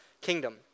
kingdom